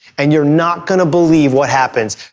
and you're not gonna believe what happens.